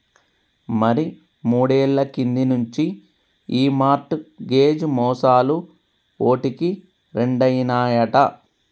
మరి మూడేళ్ల కింది నుంచి ఈ మార్ట్ గేజ్ మోసాలు ఓటికి రెండైనాయట